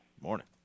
Morning